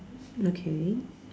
okay